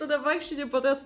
tada vaikščioti po tas